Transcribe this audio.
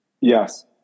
Yes